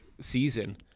season